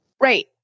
Right